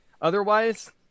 Otherwise